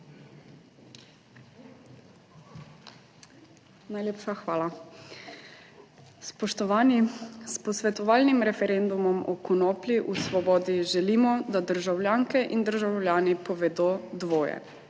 Najlepša hvala. Spoštovani! S posvetovalnim referendumom o konoplji v Svobodi želimo, da državljanke in državljani povedo dvoje,